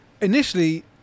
Initially